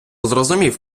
зрозумів